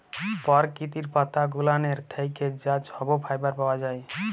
পরকিতির পাতা গুলালের থ্যাইকে যা ছব ফাইবার পাউয়া যায়